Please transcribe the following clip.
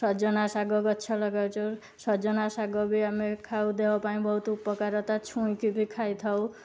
ସଜନା ଶାଗଗଛ ଲଗାଇଛୁ ସଜନା ଶାଗ ବି ଆମେ ଖାଉ ଦେହ ପାଇଁ ବହୁତ ଉପକାର ତା' ଛୁଇଁ କି ବି ଖାଇଥାଉ